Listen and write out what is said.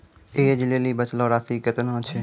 ऐज लेली बचलो राशि केतना छै?